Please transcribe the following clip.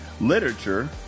Literature